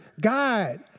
God